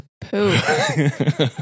poop